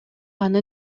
аны